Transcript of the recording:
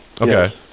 Okay